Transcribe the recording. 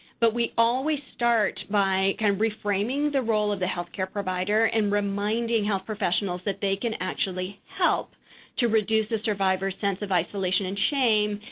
but we always start by, kind of, reframing the role of the health care provider and reminding health professionals that they can actually help to reduce the survivor's sense of isolation and shame,